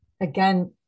again